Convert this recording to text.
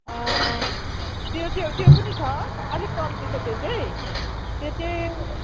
त्यो त्यो त्यो पनि छ अलिक कम्ती छ त्यो चाहिँ त्यो चाहिँ